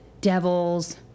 devils